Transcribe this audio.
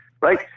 right